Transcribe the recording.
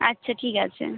আচ্ছা ঠিক আছে